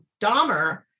Dahmer